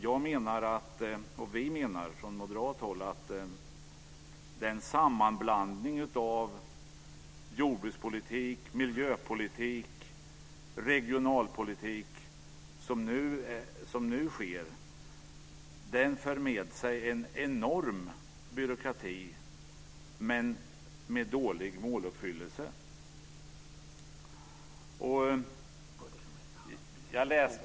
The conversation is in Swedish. Jag menar, och vi från moderat håll menar, att den sammanblandning av jordbrukspolitik, miljöpolitik och regionalpolitik som nu sker för med sig en enorm byråkrati och ger dålig måluppfyllelse.